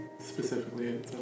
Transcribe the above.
Specifically